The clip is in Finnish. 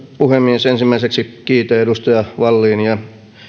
puhemies ensimmäiseksi kiitän edustaja wallinia